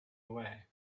away